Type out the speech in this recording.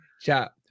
Chat